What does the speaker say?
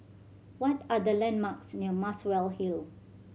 what are the landmarks near Muswell Hill